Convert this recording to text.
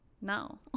No